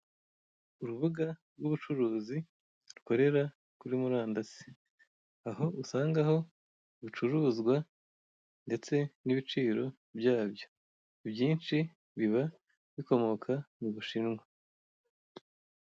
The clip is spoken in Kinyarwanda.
Urubuga rw'ubucuruzi rukorera kuri murandasi aho usangaho ibicuruzwa ndetse n'ibiciro byabyo byinshi biba bikomoka mu Bushinwa